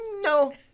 no